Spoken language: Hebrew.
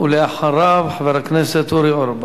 ואחריו, חבר הכנסת אורי אורבך.